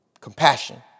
compassion